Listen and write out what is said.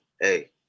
hey